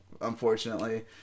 Unfortunately